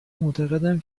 معتقدم